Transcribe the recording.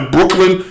Brooklyn